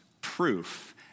proof